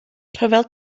rhyfel